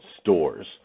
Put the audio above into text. stores